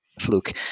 fluke